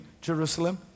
Jerusalem